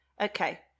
okay